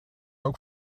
ook